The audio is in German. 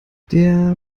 der